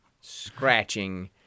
scratching